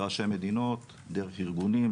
לראשי מדינות דרך ארגונים,